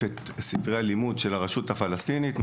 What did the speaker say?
את ספרי הלימוד של הרשות הפלסטינית.